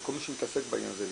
כל מי שמתעסק בעניין הזה,